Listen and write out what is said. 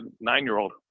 nine-year-old